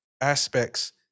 aspects